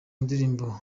ndirimbo